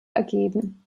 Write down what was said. ergeben